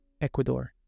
Ecuador